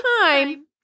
time